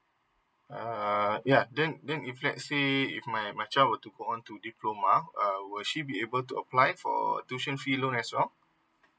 uh ya then then if let's say if my my child were to go on to diploma err would she be able to apply for tuition fee loan as well